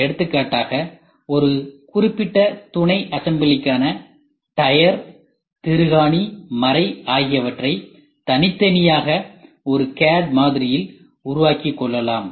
எனவே எடுத்துக்காட்டாக ஒரு குறிப்பிட்ட துணைஅசம்பிளிகான டயர் திருகாணி மரை ஆகியவற்றை தனித்தனியாக ஒரு CAD மாதிரியில் உருவாக்கிக் கொள்ளலாம்